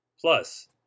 Plus